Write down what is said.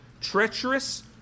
treacherous